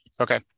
Okay